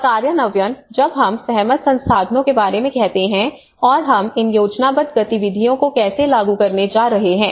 और कार्यान्वयन जब हम सहमत संसाधनों के बारे में कहते हैं और हम इन योजनाबद्ध गतिविधियों को कैसे लागू करने जा रहे हैं